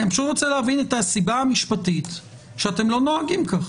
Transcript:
אני רוצה להבין את הסיבה המשפטית שאתם לא נוהגים כך.